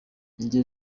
iryo